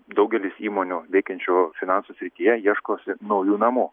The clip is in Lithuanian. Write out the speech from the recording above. daugelis įmonių veikiančių finansų srityje ieškosi naujų namų